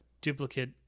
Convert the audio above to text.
duplicate